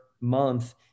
month